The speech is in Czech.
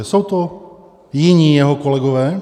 Jsou to jiní jeho kolegové.